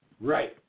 Right